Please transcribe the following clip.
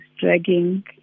dragging